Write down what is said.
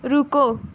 ਰੁਕੋ